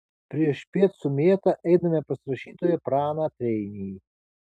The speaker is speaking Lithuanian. priešpiet su mėta einame pas rašytoją praną treinį